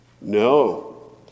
No